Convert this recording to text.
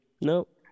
Nope